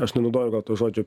aš nenaudoju gal to žodžio